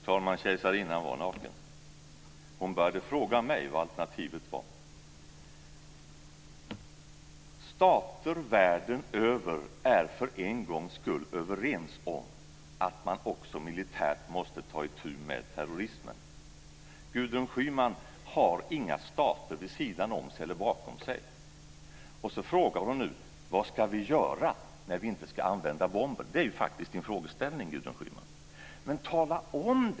Fru talman! Kejsarinnan var naken. Hon började fråga mig vad alternativet var. Stater världen över är för en gångs skull överens om att man också militärt måste ta itu med terrorismen. Gudrun Schyman har inga stater vid sidan om sig eller bakom sig. Och så frågar hon nu vad vi ska göra när vi inte ska använda bomber. Det är ju faktiskt Gudrun Schymans frågeställning. Men tala om det!